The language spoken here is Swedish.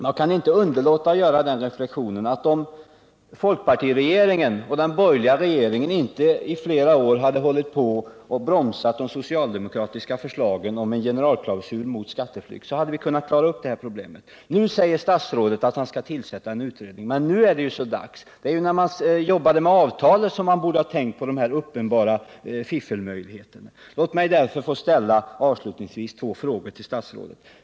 Jag kan inte underlåta att göra den reflexionen att om inte den tidigare borgerliga regeringen och nu folkpartiregeringen under åren hade bromsat det socialdemokratiska förslaget om en generalklausul mot skatteflykt, så hade vi kunnat klara det här problemet. Nu säger statsrådet att han skall tillsätta en utredning. Men nu är det så dags! Det var när man jobbade med avtalet som man borde ha tänkt på de här uppenbara fiffelmöjligheterna. Låt mig avslutningsvis få ställa två frågor till statsrådet: 1.